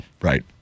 Right